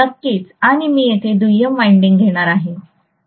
नक्कीच आणि मी येथे दुय्यम वाइंडिंग घेणार आहे